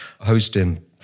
hosting